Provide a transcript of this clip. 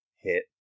hit